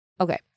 Okay